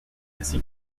ainsi